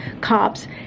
cops